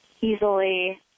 easily